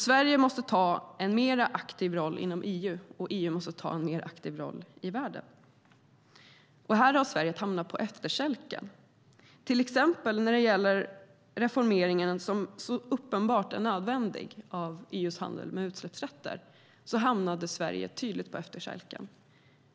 Sverige måste ta en mer aktiv roll inom EU, och EU måste ta en mer aktiv roll i världen. Här har Sverige hamnat på efterkälken. När det till exempel gäller den reformering av EU:s handel med utsläppsrätter som så uppenbart är nödvändig hamnade Sverige tydligt på efterkälken.